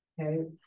Okay